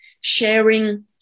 sharing